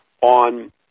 on